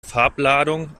farbladung